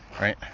Right